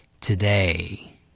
Today